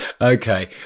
Okay